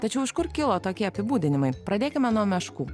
tačiau iš kur kilo tokie apibūdinimai pradėkime nuo meškų